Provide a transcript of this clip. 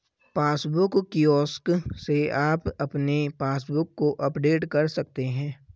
passbook kiosk से आप अपने पासबुक को अपडेट कर सकते हैं